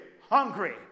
hungry